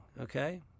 okay